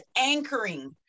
anchoring